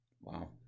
Wow